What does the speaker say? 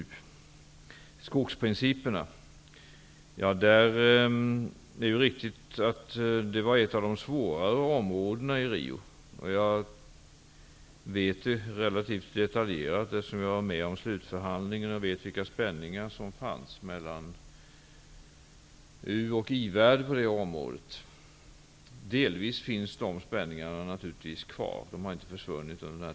Vidare har vi frågan om principerna för skogen. Det är riktigt att det var ett av de svårare områdena som diskuterades i Rio. Jag vet relativt detaljerat hur det gick till, eftersom jag var med i slutförhandlingarna. Jag vet vilka spänningar som fanns mellan u och i-världen. Delvis finns de spänningarna kvar. De har inte försvunnit.